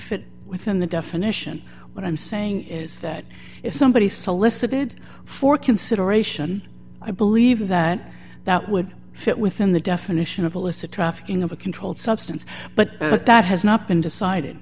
fit within the definition what i'm saying is that if somebody solicited for consideration i believe that that would fit within the definition of illicit trafficking of a controlled substance but that has not been decided